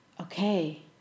okay